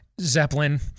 Zeppelin